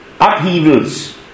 upheavals